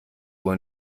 uhr